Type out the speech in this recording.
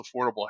affordable